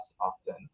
often